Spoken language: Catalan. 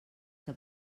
que